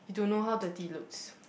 you don't know how dirty it looks